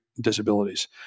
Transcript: disabilities